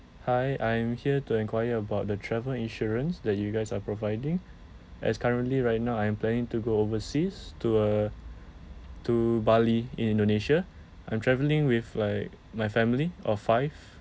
hi I'm here to enquire about the travel insurance that you guys are providing as currently right now I'm planning to go overseas to uh to bali in indonesia I'm travelling with like my family of five